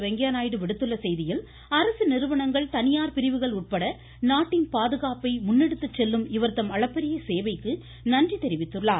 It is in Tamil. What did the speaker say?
வெங்கைய்யா நாயுடு விடுத்துள்ள செய்தியில் அரசு நிறுவனங்கள் தனியார் பிரிவுகள் உட்பட நாட்டின் பாதுகாப்பை முன்னெடுத்துச் செல்லும் இவர்தம் அளப்பறிய சேவைக்கு நன்றி தெரிவித்துள்ளார்